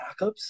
backups